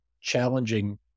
challenging